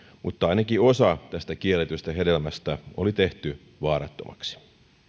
mutta ainakin osa tästä kielletystä hedelmästä oli tehty vaarattomaksi